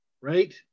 right